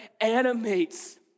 animates